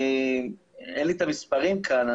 אין לי את המספרים כאן,